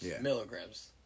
Milligrams